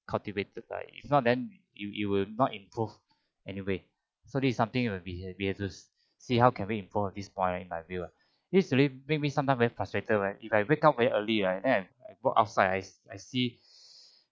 cultivated if not then you you will not improve anyway so this is something that we have to see how can we improve on this point in my view ah this really make me sometimes very frustrated when if I wake up very early then I walk outside I see